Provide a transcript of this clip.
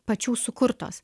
pačių sukurtos